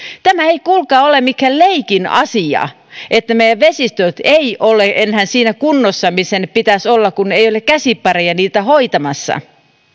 tämä ei kuulkaa ole mikään leikin asia että meidän vesistömme eivät ole enää siinä kunnossa missä niiden pitäisi olla kun ei ole käsipareja niitä hoitamassa